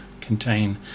contain